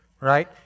Right